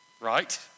right